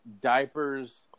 diapers